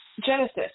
Genesis